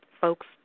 folks